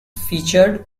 featured